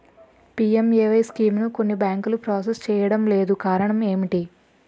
PMAY స్కీమును కొన్ని బ్యాంకులు ప్రాసెస్ చేయడం లేదు కారణం ఏమిటి?